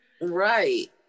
Right